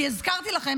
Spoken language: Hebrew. כי הזכרתי לכם,